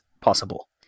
possible